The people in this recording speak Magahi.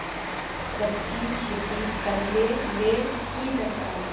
सब्जी खेती करले ले की दरकार?